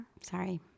Sorry